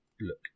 look